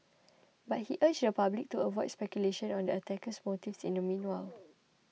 but he urged the public to avoid speculation on the attacker's motives in the meanwhile